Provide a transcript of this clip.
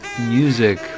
music